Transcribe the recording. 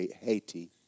Haiti